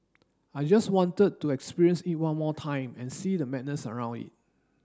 I just wanted to experience it one more time and see the madness around it